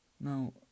Now